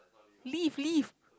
leaf leaf